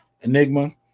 Enigma